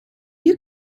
you